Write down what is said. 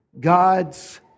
God's